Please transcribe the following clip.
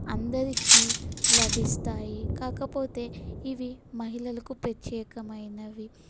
అందరికి లభిస్తాయి కాకపోతే ఇవి మహిళలకు ప్రత్యేకమైనవి